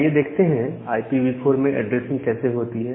आइए देखते हैं IPv4 में ऐड्रेसिंग कैसे होती है